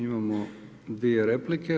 Imamo dvije replike.